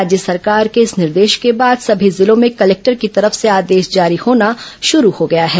राज्य सरकार के इस निर्देश के बाद सभी जिलों में कलेक्टर की तरफ से आदेश जारी होना शुरू हो गया है